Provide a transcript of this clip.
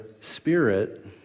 spirit